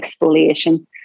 exfoliation